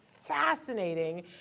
fascinating